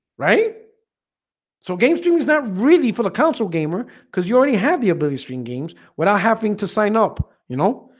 right so game streaming is not really for the console gamer because you already had the ability stream games without having to sign up you know,